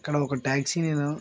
అక్కడ ఒక ట్యాక్సీ నేను